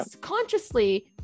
consciously